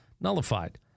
nullified